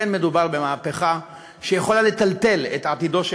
מדובר במהפכה שיכולה לטלטל את עתידו של